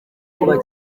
kuba